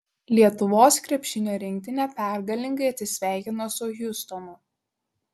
lietuvos krepšinio rinktinė pergalingai atsisveikino su hjustonu